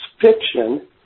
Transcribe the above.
fiction